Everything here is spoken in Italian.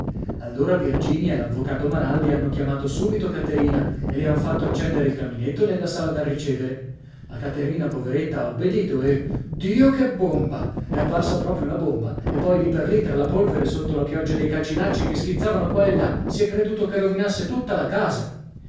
e l'avvocato maralli hanno chiamato subito caterina e le han fatto accendere il caminetto nella sala da ricevere la caterina poveretta ha obbedito e dio che bomba è parsa proprio una bomba e poi lì per lì tra la polvere sotto la pioggia dei calcinacci che schizzavano qua e là si è creduto che rovinasse tutta la casa